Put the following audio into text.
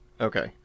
Okay